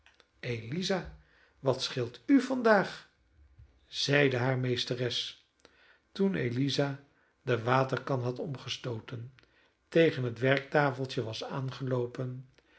eliza wat scheelt u vandaag zeide hare meesteres toen eliza de waterkan had omgestooten tegen het werktafeltje was aangeloopen